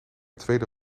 tweede